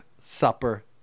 supper